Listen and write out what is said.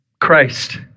Christ